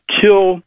kill